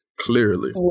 clearly